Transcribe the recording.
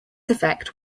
effect